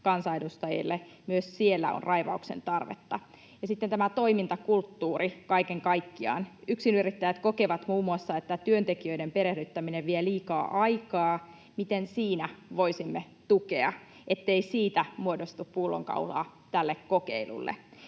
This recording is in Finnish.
kansanedustajille. Myös siellä on raivauksen tarvetta. Ja sitten tämä toimintakulttuuri kaiken kaikkiaan: Yksinyrittäjät kokevat muun muassa, että työntekijöiden perehdyttäminen vie liikaa aikaa. Miten siinä voisimme tukea, ettei siitä muodostu pullonkaulaa tälle kokeilulle?